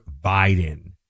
Biden